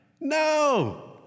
No